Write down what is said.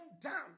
down